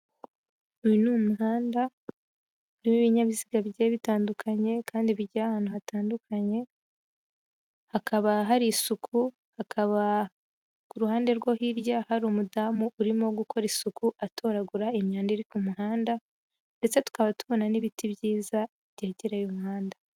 Uyu ni umuhanda w'ibinyabiziga bigiye bitandukanye kandi bigiye ahantu hatandukanye, hakaba hari isuku, hakaba ku ruhande rwo hirya hari umudamu urimo gukora isuku atoragura imyanda iri ku muhanda ndetse tukaba tubona n'ibiti byiza byegereye umuhanda.